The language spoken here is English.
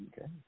Okay